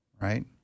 right